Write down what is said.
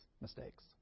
mistakes